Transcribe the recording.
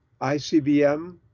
ICBM